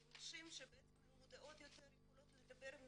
כי נשים מודעות יותר יכולות לדבר עם